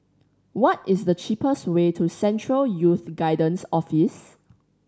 what is the cheapest way to Central Youth Guidance Office